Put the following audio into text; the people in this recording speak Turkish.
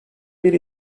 bir